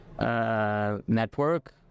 network